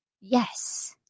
yes